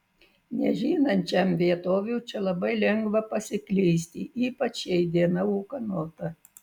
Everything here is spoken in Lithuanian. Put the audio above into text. nežinančiam vietovių čia labai lengva pasiklysti ypač jei diena ūkanota